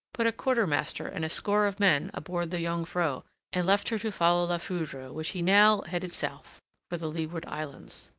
put a quartermaster and a score of men aboard the jongvrow, and left her to follow la foudre, which he now headed south for the leeward islands.